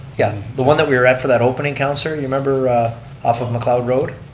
yeah. the one that we're after that opening, councilor, you remember off of mcleod road?